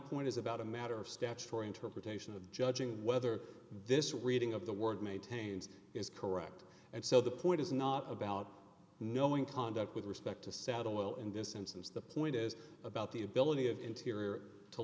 point is about a matter of statutory interpretation of judging whether this reading of the word maintains is correct and so the point is not about knowing conduct with respect to settle in this instance the point is about the ability of interior to